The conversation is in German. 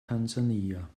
tansania